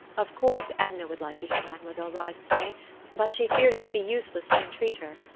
of course edna would like to hear mademoiselle reisz play but she feared it would be useless to entreat her.